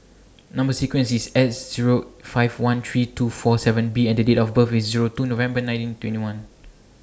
Number sequence IS S Zero five one three two four seven B and Date of birth IS Zero two November nineteen twenty one